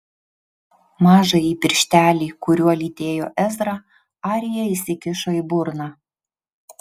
mažąjį pirštelį kuriuo lytėjo ezrą arija įsikišo į burną